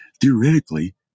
Theoretically